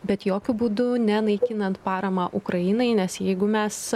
bet jokiu būdu ne naikinant paramą ukrainai nes jeigu mes